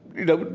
you know,